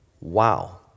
Wow